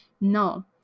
No